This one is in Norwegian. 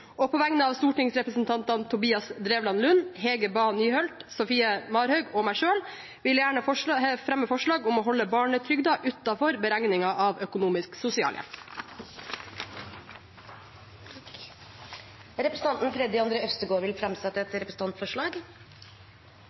På vegne av stortingsrepresentantene Tobias Drevland Lund, Hege Bae Nyholt, Sofie Marhaug og meg selv vil jeg gjerne fremme et forslag om å holde barnetrygden utenfor beregningen av økonomisk sosialhjelp. Representanten Freddy André Øvstegård vil framsette et representantforslag.